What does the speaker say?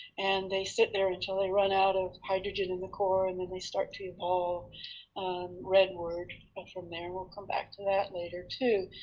and they sit there until they run out of hydrogen in the core, and then they start to evolve redward and from there. we'll come back to that later too.